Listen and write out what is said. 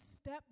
step